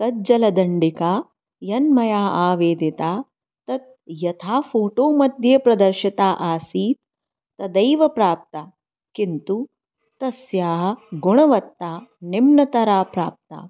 तद् जलदण्डिका यन् मया आवेदिता तद् यथा फ़ोटोमध्ये प्रदर्शिता आसीत् तथैव प्राप्ता किन्तु तस्याः गुणवत्ता निम्नतरा प्राप्ता